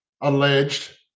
alleged